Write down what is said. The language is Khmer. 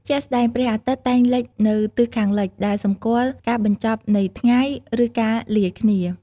ជាក់ស្តែង ព្រះអាទិត្យតែងលិចនៅទិសខាងលិច ដែលសម្គាល់ការបញ្ចប់នៃថ្ងៃ ឬការលាគ្នា។